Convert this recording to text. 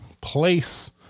place